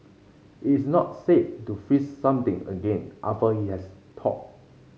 it's not safe to freeze something again after it has thawed